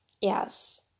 yes